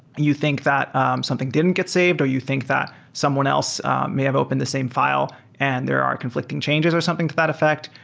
you think that um something didn't get saved, or you think that some else may have opened the same file and there are conflicting changes or something to that effect,